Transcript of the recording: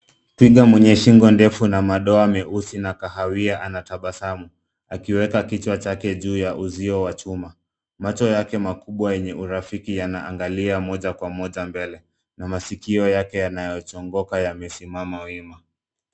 Twiga mwenye shingo ndefu na madoa meusi na kahawia anatabasamu akiweka kichwa chake juu ya uzio wa chuma. Macho yake makubwa yenye urafiki yanaangalia moja kwa moja mbele na masikio yake yanayochongoka yamesimama wima.